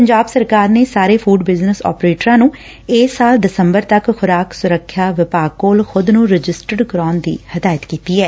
ਪੰਜਾਬ ਸਰਕਾਰ ਨੇ ਸਾਰੇ ਫੁਡ ਬਿਜਨਸ ਅਪਰੇਟਰਾਂ ਨੰ ਇਸ ਸਾਲ ਦਸੰਬਰ ਤੱਕ ਖੁਰਾਕ ਸੁਰੱਖਿਆ ਵਿਭਾਗ ਕੋਲ ਖੁਦ ਨੂੰ ਰਜਿਸਟਡ ਕਰਾਉਣ ਦੀ ਹਦਾਇਤ ਕੀਤੀ ਐ